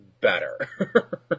better